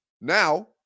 now